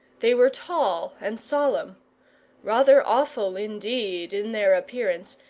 they were tall and solemn rather awful, indeed, in their appearance,